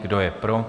Kdo je pro?